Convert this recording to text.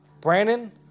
Brandon